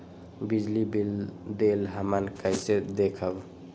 बिजली बिल देल हमन कईसे देखब?